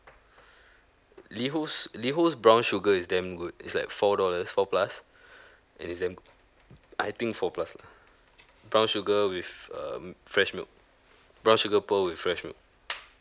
liho's liho's brown sugar is damn good is like four dollars four plus it is damn good I think four plus lah brown sugar with um fresh milk brown sugar pearl with fresh milk